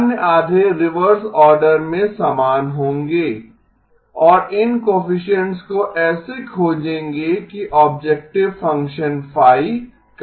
अन्य आधे reverse order में समान होंगे और इन कोएफिसिएन्ट्स को ऐसे खोजेंगे कि ऑब्जेक्टिव फंक्शन फाई कम से कम हो